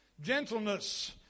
Gentleness